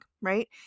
right